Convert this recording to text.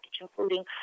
including